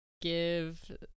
Give